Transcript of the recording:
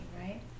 right